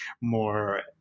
more